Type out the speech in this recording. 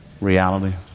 reality